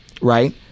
Right